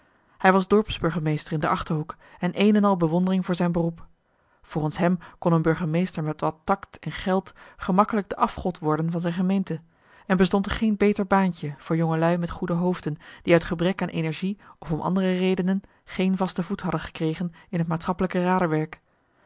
hij was dorpsburgemeester in de achterhoek en één en al bewondering voor zijn beroep volgens hem kon een burgemeester met wat takt en geld gemakkelijk de afgod worden van zijn gemeente en bestond er geen beter baantje voor jongelui met goede hoofden die uit gebrek aan energie of om andere redenen geen vaste voet hadden gekregen in het maatschappelijke